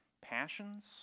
passions